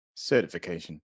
certification